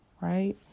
right